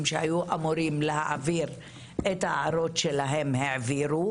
שהיו אמורים להעביר את ההערות שלהם העבירו,